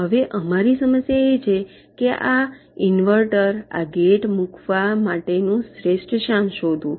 હવે અમારી સમસ્યા એ છે કે આ ઇન્વર્ટર આ ગેટ મૂકવા માટેનું શ્રેષ્ઠ સ્થાન શોધવું